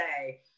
say